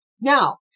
now